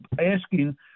asking